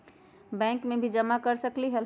Bank में भी जमा कर सकलीहल?